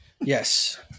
Yes